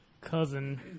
cousin